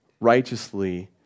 righteously